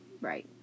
Right